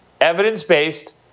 evidence-based